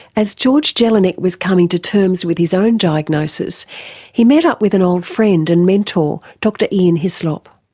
as george jelinek was coming to terms with his own diagnosis he met up with an old friend and mentor dr ian hislop.